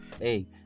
hey